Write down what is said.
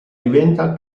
diventa